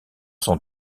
son